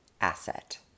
asset